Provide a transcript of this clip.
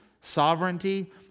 sovereignty